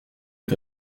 est